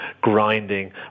grinding